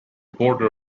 border